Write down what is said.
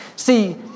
See